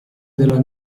della